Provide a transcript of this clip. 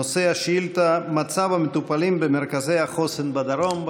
נושא השאילתה: מצב המטופלים במרכזי החוסן בדרום.